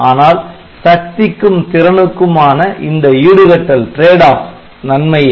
ஆனால் சக்திக்கும் திறனுக்கும் ஆன இந்த ஈடு கட்டல் நன்மையே